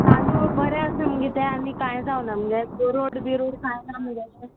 तांदूळ बरें आसा मगे ते आनी कांय जावना मगे बोरोड बिरोड कांय ना मगे